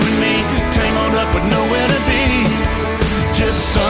tangled up and nowhere to be just